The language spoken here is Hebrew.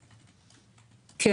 לרטרואקטיביות.